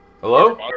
Hello